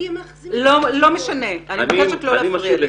אני מבקשת לא להפריע לי.